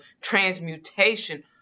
transmutation